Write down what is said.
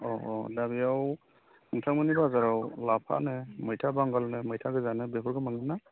औ औ दा बेयाव नोंथांमोननि बाजाराव लाफानो मैथा बांगालनो मैथा गोजानो बेफोरखौ मोनगोन ना